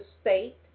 state